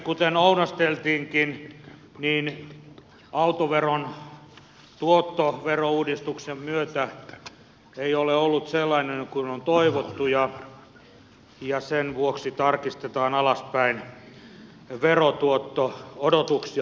kuten ounasteltiinkin niin autoveron tuotto verouudistuksen myötä ei ole ollut sellainen kuin on toivottu ja sen vuoksi tarkistetaan alaspäin verotuotto odotuksia